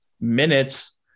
minutes